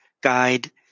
guide